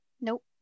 Nope